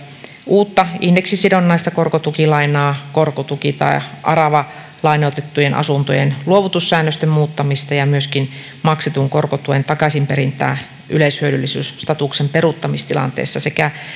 uutta indeksisidonnaista korkotukilainaa korkotuki tai aravalainoitettujen asuntojen luovutussäännösten muuttamista ja myöskin maksetun korkotuen takaisinperintää yleishyödyllisyysstatuksen peruuttamistilanteessa sekä